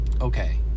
okay